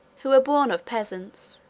who were born of peasants,